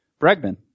Bregman